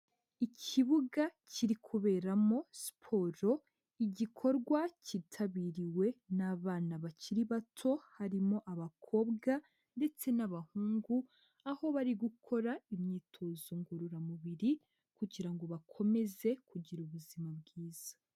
Ikibuga kiri kuberamo siporo, igikorwa cyitabiriwe n'abana bakiri bato, harimo abakobwa ndetse n'abahungu, aho bari gukora imyitozo ngororamubiri, kugira ngo bakomeze kugira ubuzima bwiza.